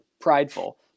prideful